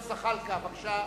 חבר הכנסת זחאלקה, בבקשה.